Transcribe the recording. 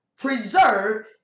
preserve